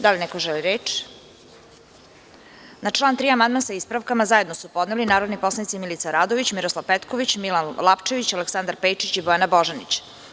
Da li neko želi reč? (Ne) Na član 3. amandman, sa ispravkama, zajedno su podneli narodni poslanici Milica Radović, Miroslav Petković, Milan Lapčević, Aleksandar Pejčić i Bojana Božanić.